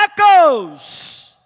echoes